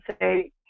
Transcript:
say